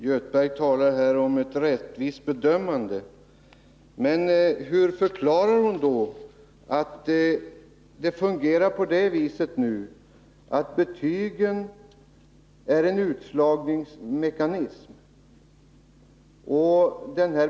Herr talman! Kerstin Göthberg talar här om ett rättvist bedömande. Men hur förklarar hon då att det fungerar på det viset nu, att betygen är en utslagningsmekanism?